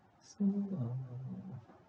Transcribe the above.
so uh